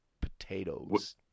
Potatoes